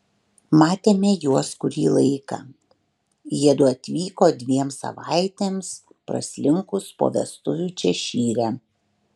matėme juos kurį laiką jiedu atvyko dviem savaitėms praslinkus po vestuvių češyre